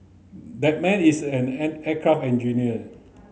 that man is and an aircraft engineer